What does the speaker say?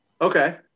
okay